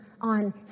on